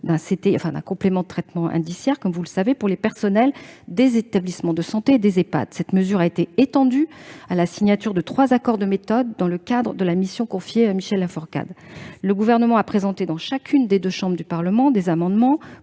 d'un complément de traitement indiciaire (CTI) pour les personnels des établissements de santé et des Ehpad. Cette mesure a été étendue par la signature de trois accords de méthode dans le cadre de la mission confiée à Michel Laforcade. Le Gouvernement a présenté devant chacune des deux chambres du Parlement des amendements